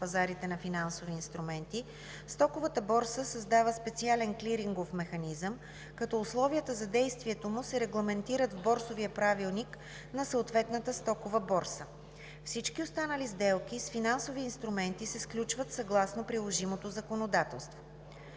пазарите на финансови инструменти, стоковата борса създава специален клирингов механизъм, като условията за действието му се регламентират в борсовия правилник на съответната стокова борса. Всички останали сделки с финансови инструменти се сключват съгласно приложимото законодателство.